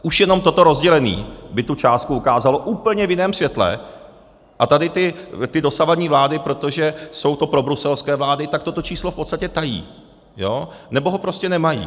Už jenom toto rozdělení by tu částku ukázalo úplně v jiném světle, a tady ty dosavadní vlády, protože jsou to probruselské vlády, tak toto číslo v podstatě tají, nebo ho prostě nemají.